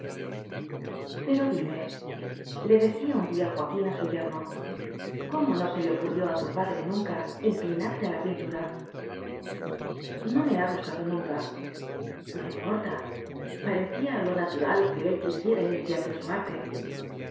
nuera pero diméle decía un día joaquín a su yernocómo no se le ocurrió a tu padre nunca inclinarte a la pintura no me ha gustado nunca no importa parecía lo natural que él quisiera iniciarte en su arte